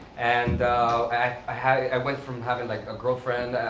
and i went from having like a girlfriend,